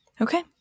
Okay